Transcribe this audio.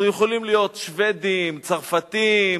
אנחנו יכולים להיות שבדים, צרפתים,